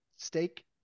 Steak